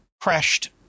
crashed